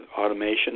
automation